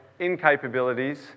incapabilities